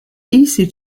easy